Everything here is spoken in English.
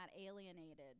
alienated